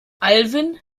alwin